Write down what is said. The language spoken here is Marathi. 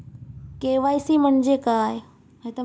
के.वाय.सी म्हणजे काय?